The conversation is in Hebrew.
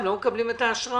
הם לא מקבלים את האשראי.